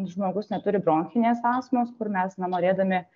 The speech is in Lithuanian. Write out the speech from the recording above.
žmogus neturi bronchinės astmos kur mes na norėdami